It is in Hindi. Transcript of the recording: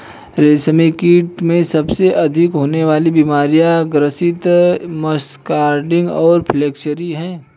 रेशमकीट में सबसे अधिक होने वाली बीमारियां ग्रासरी, मस्कार्डिन और फ्लैचेरी हैं